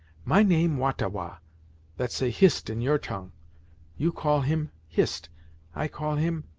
my name wah-ta-wah that say hist in your tongue you call him, hist i call him,